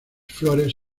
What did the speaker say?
flores